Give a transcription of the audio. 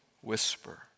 whisper